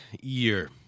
year